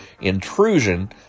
intrusion